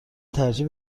ترجیح